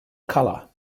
color